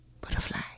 butterfly